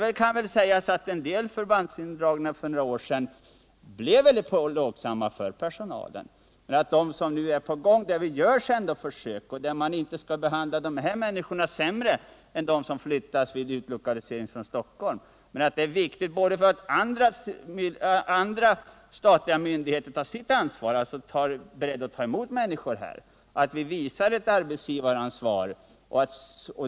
En del förbandsindragningar för några år sedan blev mycket plågsamma för personalen. Man skall inte behandla dessa människor sämre än dem som flyttas vid en utlokalisering från Stockholm. Det är viktigt att även andra statliga myndigheter tar sitt ansvar och är beredda att ta emot människor, att vi alltså visar ett arbetsgivaransvar.